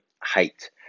height